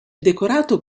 decorato